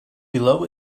below